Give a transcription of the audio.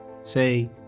say